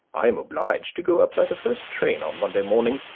i am obliged to go up by the first train on monday morning.